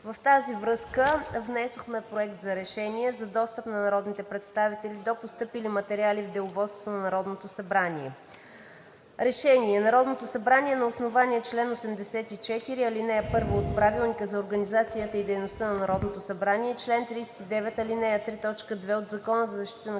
В тази връзка: „Проект! РЕШЕНИЕ за достъп на народните представители до постъпили материали в деловодството на Народното събрание. Народното събрание на основание чл. 84, ал. 1 от Правилника за организацията и дейността на Народното събрание и чл. 39, ал. 3, т. 2 от Закона за защита